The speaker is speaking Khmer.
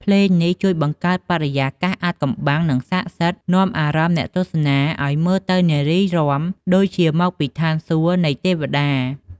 ភ្លេងនេះជួយបង្កើតបរិយាកាសអាថ៌កំបាំង និងស័ក្តិសិទ្ធិ នាំអារម្មណ៍អ្នកទស្សនាឲ្យមើលទៅនារីរាំ ដូចជាមកពីឋានសួគ៌នៃទេវតា។